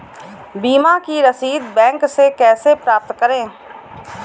बीमा की रसीद बैंक से कैसे प्राप्त करें?